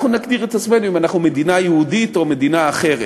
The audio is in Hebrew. אנחנו נגדיר את עצמנו אם אנחנו מדינה יהודית או מדינה אחרת,